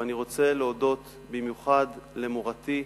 ואני רוצה להודות במיוחד למורתי,